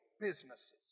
businesses